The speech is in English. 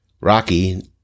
Rocky